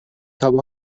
تابه